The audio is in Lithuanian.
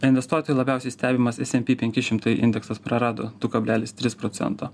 envestuotojų labiausiai stebimas smp penki šimtai indeksas prarado du kablelis tris procento